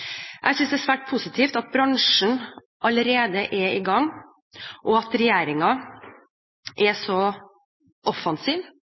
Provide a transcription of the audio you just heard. Jeg synes det er svært positivt at bransjen allerede er i gang, og at regjeringen er så offensiv.